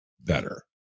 better